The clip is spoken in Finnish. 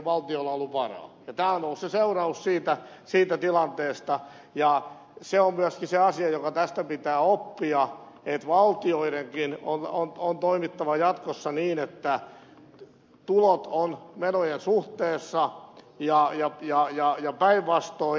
tämä on ollut se seuraus siitä tilanteesta ja se on myöskin se asia joka tästä pitää oppia että valtioidenkin on toimittava jatkossa niin että tulot ovat suhteessa menoihin ja päinvastoin